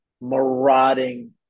marauding